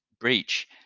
breach